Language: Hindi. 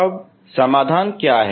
अब समाधान क्या हैं